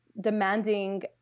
demanding